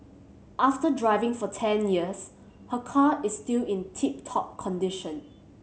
after driving for ten years her car is still in tip top condition